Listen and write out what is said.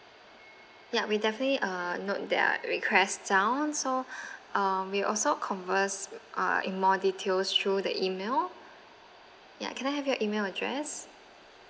ya we definitely uh note their request down so um we also converse uh in more details through the email ya can I have your email address